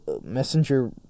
messenger